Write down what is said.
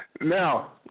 Now